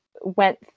went